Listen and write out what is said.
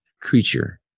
creature